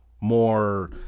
more